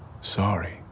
sorry